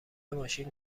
ماشین